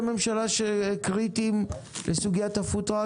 שהם קריטיים לסוגיית הפוד-טראק?